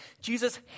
Jesus